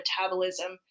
metabolism